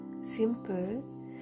simple